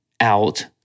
out